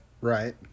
Right